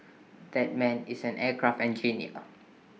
that man is an aircraft engineer